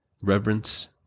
reverence